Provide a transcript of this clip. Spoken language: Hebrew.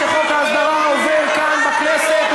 שחוק ההסדרה עובר כאן בכנסת,